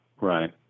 Right